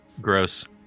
Gross